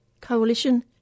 Coalition